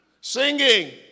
Singing